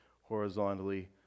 horizontally